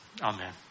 Amen